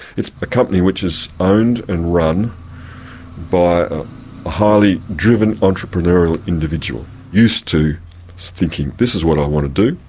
it's a company which is owned and run by a highly driven entrepreneurial individual used to thinking, this is what i want to do.